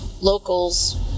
locals